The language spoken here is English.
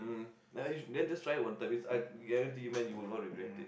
um ah then just try it one time it's I guarantee man you won't regret it